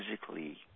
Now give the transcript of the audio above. physically